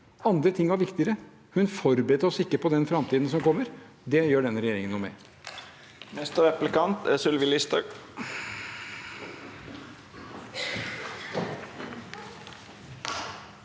Andre ting var viktigere. Hun forberedte oss ikke på den framtiden som kommer. Det gjør denne regjeringen noe med.